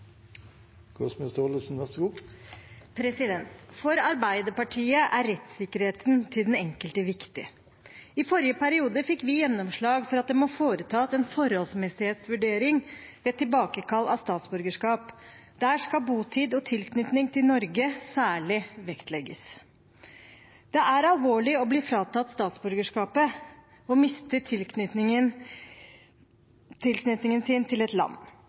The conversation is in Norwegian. For Arbeiderpartiet er rettssikkerheten til den enkelte viktig. I forrige periode fikk vi gjennomslag for at det må foretas en forholdsmessighetsvurdering ved tilbakekall av statsborgerskap. Der skal botid og tilknytning til Norge særlig vektlegges. Det er alvorlig å bli fratatt statsborgerskapet og miste tilknytningen til et land.